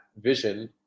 vision